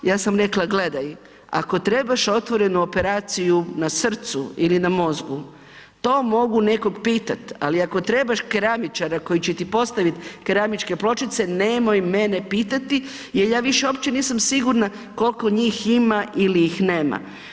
Ja sam rekla gledaj, ako trebaš otvorenu operaciju na srcu ili na mozgu to mogu nekoga pitati, ali ako trebaš keramičara koji će ti postaviti keramičke pločice nemoj mene pitati jer ja više uopće nisam sigurna koliko njih ima ili ih nema.